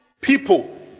people